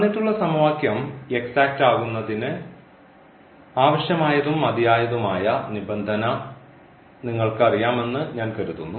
തന്നിട്ടുള്ള സമവാക്യം എക്സാറ്റ് ആകുന്നതിന് ആവശ്യമായതു മതിയായ തുമായ നിബന്ധന നിങ്ങൾക്കറിയാം എന്ന് ഞാൻ കരുതുന്നു